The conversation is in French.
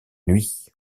nuits